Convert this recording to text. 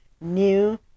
New